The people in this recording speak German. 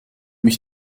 mich